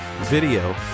video